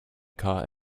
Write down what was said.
car